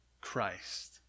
Christ